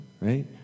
right